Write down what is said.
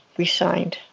we signed